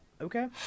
okay